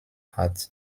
hat